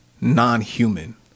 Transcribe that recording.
non-human